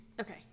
Okay